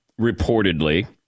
reportedly